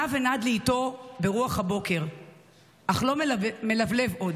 נע ונד לאיטו ברוח הבוקר אך לא מלבלב עוד,